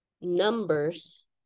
numbers